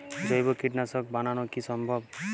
জৈব কীটনাশক বানানো কি সম্ভব?